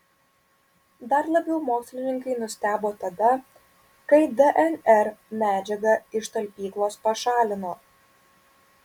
dar labiau mokslininkai nustebo tada kai dnr medžiagą iš talpyklos pašalino